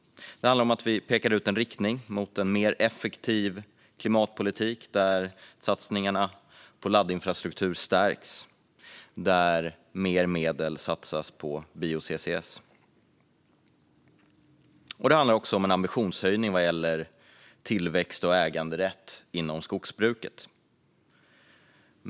Det handlar om att vi pekar ut en riktning mot en mer effektiv klimatpolitik, där satsningarna på laddinfrastruktur stärks och mer medel satsas på bio-CCS. Det handlar också om en ambitionshöjning vad gäller tillväxt och äganderätt inom skogsbruket.